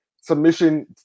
submission